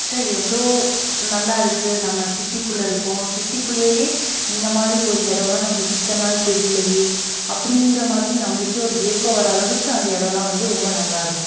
ச்ச எவ்வளோ நல்லாருக்கு நம்ம சிட்டிக்குள்ளே இருக்கோம் சிட்டிக்குள்ளையே இந்த மாதிரி ஒரு இடம்லாம் நம்மளுக்கு இத்தனனை நாள் தெரியலையே அப்படிங்கிற மாதிரி நம்பளுக்கே ஒரு ஏக்கம் வர அளவுக்கு அந்த இடம்லாம் வந்து ரொம்ப நல்லாயிருக்கும்